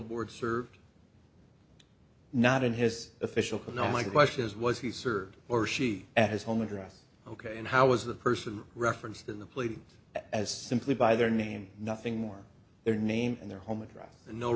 board served not in his official could not my question is was he served or she at his home address ok and how was the person referenced in the plate as simply by their name nothing more their name and their home address